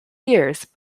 years